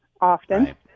often